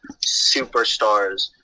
superstars